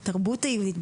בתרבות היהודית,